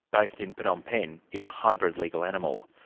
based in phnom penh, is a hybrid legal animal.